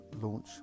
launch